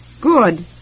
Good